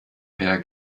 per